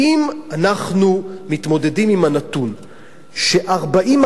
אם אנחנו מתמודדים עם הנתון ש-40%